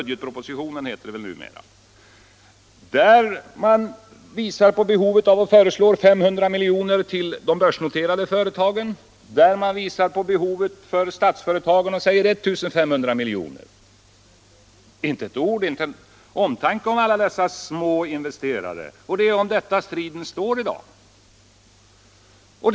Där visar man på behovet av ytterligare investeringar och föreslår 500 miljoner till de börsnoterade företagen och 1 500 miljoner till Statsföretag AB. Där finns det inte ord om och inte en uttalad omtanke om alla dessa små investerare som ju striden i dag gäller.